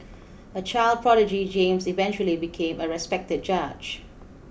a child prodigy James eventually became a respected judge